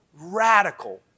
radical